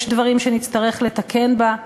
יש דברים שנצטרך לתקן בה.